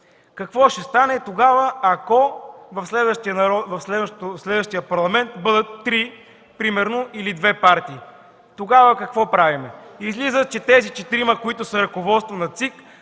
Какво ще стане тогава, ако в следващия Парламент бъдат примерно три или две партии? Тогава какво правим? Излиза, че четиримата, които са ръководство на ЦИК,